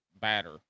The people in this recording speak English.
batter